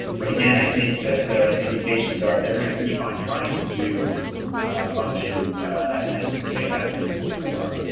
but, again, i think that the indications are they're going to keep on trying to do function as they have been before,